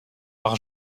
par